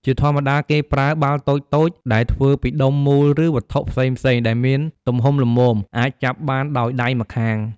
ជាធម្មតាគេប្រើបាល់តូចៗដែលធ្វើពីដុំមូលឬវត្ថុផ្សេងៗដែលមានទំហំល្មមអាចចាប់បានដោយដៃម្ខាង។